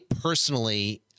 personally